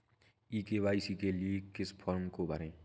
ई KYC के लिए किस फ्रॉम को भरें?